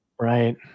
Right